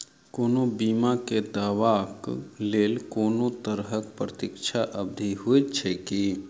कोनो बीमा केँ दावाक लेल कोनों तरहक प्रतीक्षा अवधि होइत छैक की?